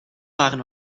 waren